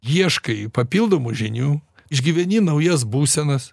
ieškai papildomų žinių išgyveni naujas būsenas